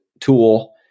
tool